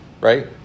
right